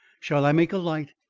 shall i make a light?